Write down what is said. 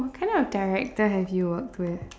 what kind of director have you worked with